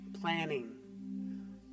Planning